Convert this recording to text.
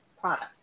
product